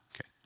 Okay